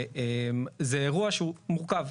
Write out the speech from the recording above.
זה אירוע שהוא מורכב.